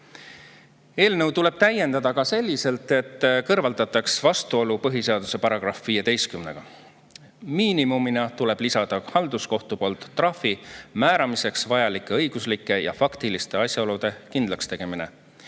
Eelnõu tuleb täiendada ka selliselt, et kõrvaldatakse vastuolu põhiseaduse §‑ga 15. Miinimumina tuleb lisada halduskohtu poolt trahvi määramiseks vajalike õiguslike ja faktiliste asjaolude kindlakstegemine,